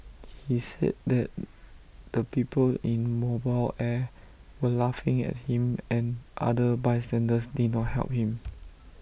he said that the people in mobile air were laughing at him and other bystanders did not help him